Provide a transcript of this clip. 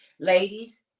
Ladies